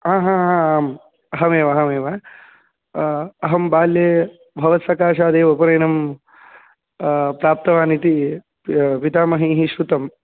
हा हा हा आम् अहमेव अहमेव अहं बाल्ये भवत्सकाशादेव उपनयनं प्राप्तवानिति पितामहीः श्रुतं